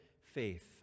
faith